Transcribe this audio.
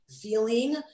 feeling